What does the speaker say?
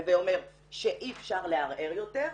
הווי אומר שאי אפשר לערער יותר,